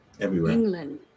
england